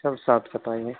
सब साफ सफाई है